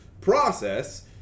process